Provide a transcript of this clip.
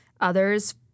others